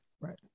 Right